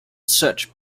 search